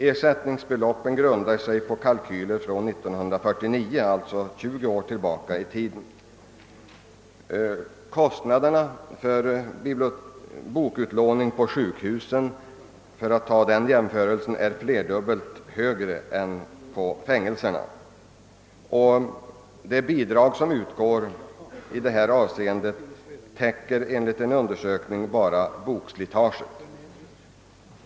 Ersättningsbeloppen grundar sig på kalkyler från 1949, alltså tjugo år tillbaka i tiden. Kostnaderna för bokutlåning på sjukhusen — för att göra den jämförelsen — är flerdubbelt högre än på fängelserna. De bidrag som utgår täcker enligt en undersökning bara bokslitaget.